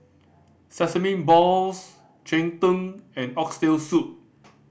sesame balls cheng tng and Oxtail Soup